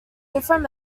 different